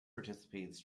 participants